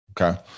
Okay